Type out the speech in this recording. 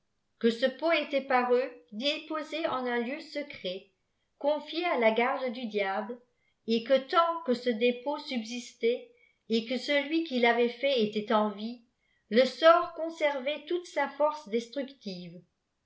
que ce pot était par eux déposé en un lieu secret conflé à la garde du diable et que tant que ce dépôt subsistait et que celui qui l'avait fait était en vie le sort conservait toike sa force destructive